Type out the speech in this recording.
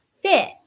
fit